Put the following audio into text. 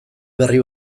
berri